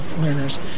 learners